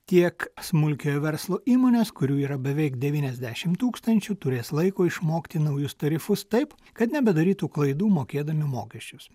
tiek smulkiojo verslo įmonės kurių yra beveik devyniasdešimt tūkstančių turės laiko išmokti naujus tarifus taip kad nebedarytų klaidų mokėdami mokesčius